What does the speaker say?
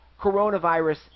coronavirus